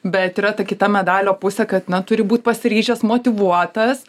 bet yra ta kita medalio pusė kad na turi būt pasiryžęs motyvuotas